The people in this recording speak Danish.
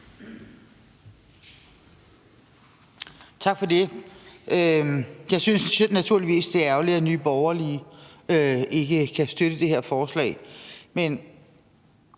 Tak for det. Jeg synes naturligvis, det er ærgerligt, at Nye Borgerlige ikke kan støtte det her forslag.